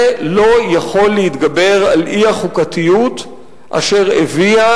זה לא יכול להתגבר על אי-החוקתיות אשר הביאה